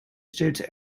states